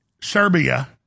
Serbia